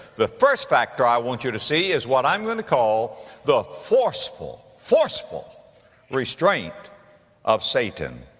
the first factor i want you to see is what i'm going to call the forceful, forceful restraint of satan.